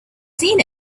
seen